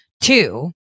two